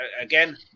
again